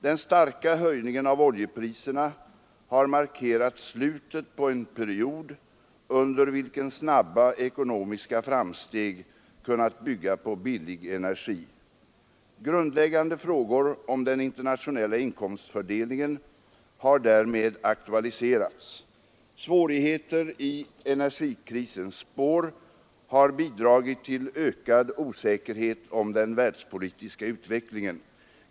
Den starka höjningen av oljepriserna har markerat slutet på en period, under vilken snabba ekonomiska framsteg kunnat bygga på billig energi. Grundläggande frågor om den internationella inkomstfördelningen har därmed aktualiserats. Svårigheter i energikrisens spår har bidragit till ökad osäkerhet om den världspolitiska utvecklingen.